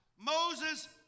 Moses